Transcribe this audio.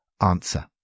answer